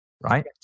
right